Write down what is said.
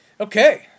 Okay